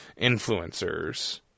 influencers